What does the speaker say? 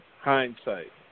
hindsight